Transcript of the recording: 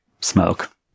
smoke